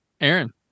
Aaron